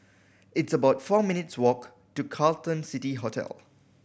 it's about four minutes' walk to Carlton City Hotel